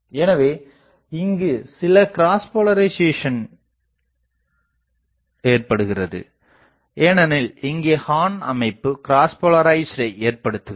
எனவே இங்குச் சில கிராஸ்போலரிசேசன் ஏற்படுகிறது ஏனெனில் இங்கே ஹார்ன் அமைப்புக் கிராஸ்போலரிசேசனை ஏற்படுத்துகிறது